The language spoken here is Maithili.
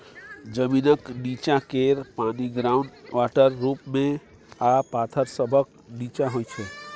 जमीनक नींच्चाँ केर पानि ग्राउंड वाटर रुप मे आ पाथर सभक नींच्चाँ होइ छै